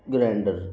grinder